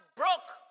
broke